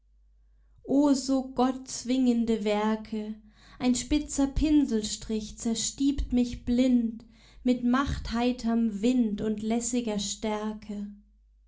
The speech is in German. o so gott zwingende werke ein spitzer pinselstrich zerstiebt mich blind mit machtheiterm wind und lässiger stärke